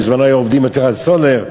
בזמנו היו עובדים יותר על סולר,